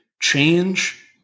change